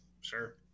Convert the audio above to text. Sure